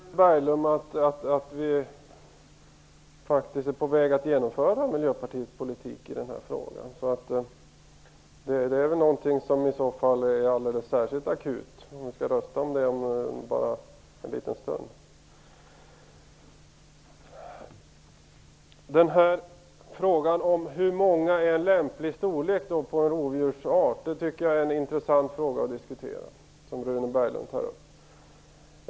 Herr talman! Jag vill påminna Rune Berglund om att vi faktiskt är på väg att genomföra Miljöpartiets politik i den här frågan. Detta är någonting som så fall är alldeles särskilt akut, eftersom vi skall rösta om det om en liten stund. Jag tycker att frågan om hur många individer som är en lämplig storlek på en rovdjursstam är intressant att diskutera.